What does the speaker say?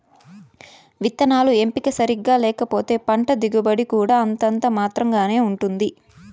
విత్తనాల ఎంపిక సరిగ్గా లేకపోతే పంట దిగుబడి కూడా అంతంత మాత్రం గానే ఉంటుంది